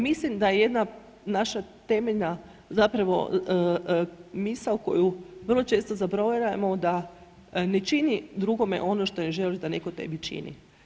Mislim da jedna naša temeljna, zapravo misao koju vrlo često zaboravljamo da „Ne čini drugome ono što ne želiš da netko tebi čini.